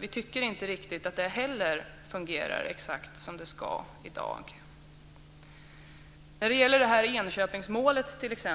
Vi tycker inte heller där att det riktigt fungerar som det ska i dag. I Enköpingsmålet t.ex.